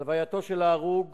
הלווייתו של ההרוג